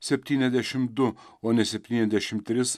septyniasdešim du o ne septyniasdešim tris